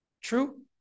True